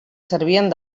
servien